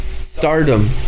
stardom